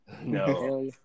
No